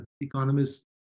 economists